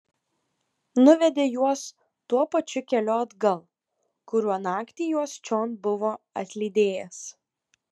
nuvedė juos tuo pačiu keliu atgal kuriuo naktį juos čion buvo atlydėjęs